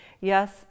Yes